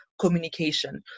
communication